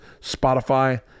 Spotify